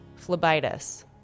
phlebitis